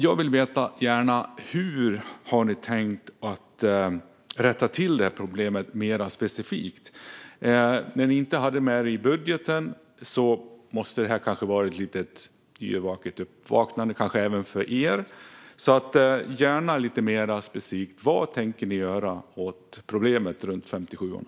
Jag vill gärna veta hur ni har tänkt rätta till problemet med 57:orna mer specifikt. Eftersom ni inte hade med det i budgeten måste väl det här ha varit ett lite yrvaket uppvaknande även för er. Jag vill gärna höra lite mer specifikt om detta. Vad tänker ni göra åt problemet runt 57:orna?